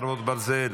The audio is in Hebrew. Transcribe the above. חרבות ברזל),